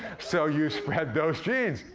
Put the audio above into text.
so you spread those genes.